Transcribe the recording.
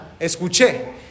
escuché